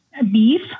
beef